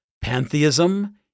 Pantheism